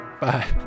Bye